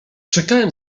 czekałem